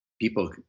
People